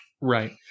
Right